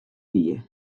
wie